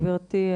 גברתי,